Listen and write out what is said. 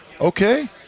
okay